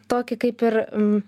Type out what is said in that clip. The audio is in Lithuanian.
tokį kaip ir